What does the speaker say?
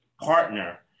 partner